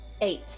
Eight